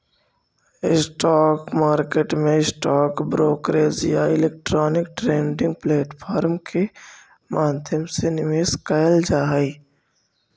stock market में stock brokerage या electronic trading platform के माध्यम से निवेश कैल जा हइ